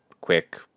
quick